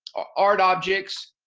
art objects.